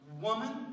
woman